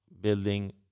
building